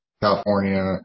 California